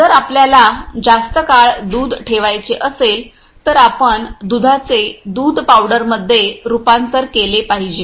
जर आपल्याला जास्त काळ दूध ठेवायचे असेल तर आपण दुधाचे दूध पावडरमध्ये रुपांतर केले पाहिजे